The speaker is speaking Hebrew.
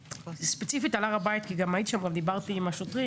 ספציפית להר הבית, כי דיברתי עם השוטרים